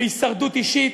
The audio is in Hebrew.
בהישרדות אישית,